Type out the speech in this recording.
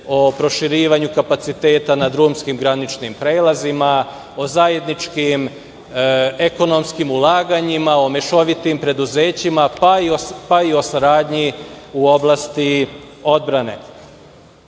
o proširivanju kapaciteta na drumskim graničnim prelazima, o zajedničkim ekonomskim ulaganjima, o mešovitim preduzećima, pa i o saradnji u oblasti odbrane.